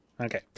Okay